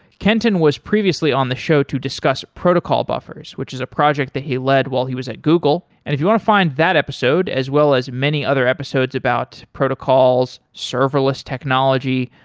kenton was previously on the show to discuss protocol buffers, which is a project that he led while he was at google, and if you want to find that episode as well as many other episodes about protocols, serverless technology,